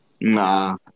Nah